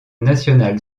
nationale